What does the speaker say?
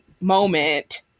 moment